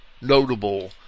notable